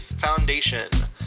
foundation